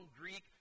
Greek